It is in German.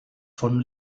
von